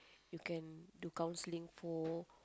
you can to counselling for